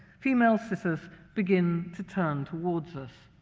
female sitters begin to turn towards us.